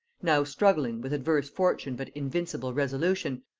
now struggling, with adverse fortune but invincible resolution,